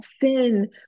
sin